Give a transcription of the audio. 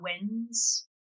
wins